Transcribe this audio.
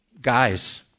Guys